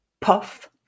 puff